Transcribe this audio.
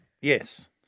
Yes